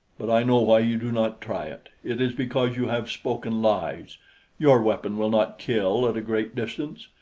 but i know why you do not try it it is because you have spoken lies your weapon will not kill at a great distance.